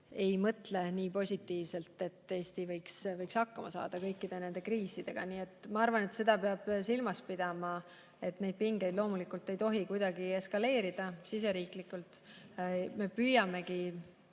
ei mõtle nii positiivselt, et Eesti võiks hakkama saada kõikide nende kriisidega. Nii et ma arvan, et seda peab silmas pidama, neid pingeid loomulikult ei tohi kuidagi siseriiklikult eskaleerida. Me püüamegi